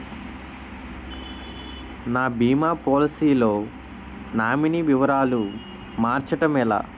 నా భీమా పోలసీ లో నామినీ వివరాలు మార్చటం ఎలా?